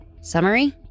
summary